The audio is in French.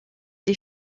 des